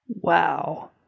Wow